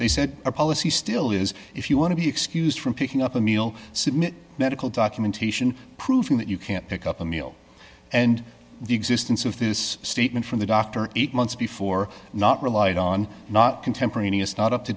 they said our policy still is if you want to be excused from picking up a meal submit medical documentation proving that you can't pick up a meal and the existence of this statement from the doctor eat months before not relied on not contemporaneous not up to